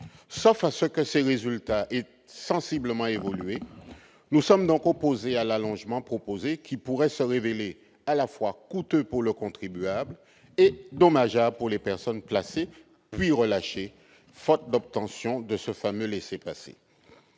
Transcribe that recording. Sauf à ce que ces résultats aient sensiblement évolué, nous sommes donc opposés à l'allongement proposé, qui pourrait se révéler à la fois coûteux pour le contribuable et dommageable pour les personnes placées, puis relâchées, faute d'obtention de ce fameux laissez-passer.